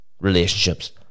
relationships